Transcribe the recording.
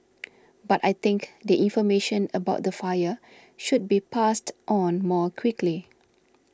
but I think the information about the fire should be passed on more quickly